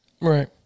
Right